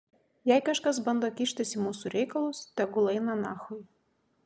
jei kažkas bando kištis į mūsų reikalus tegul eina nachui